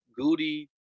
Goody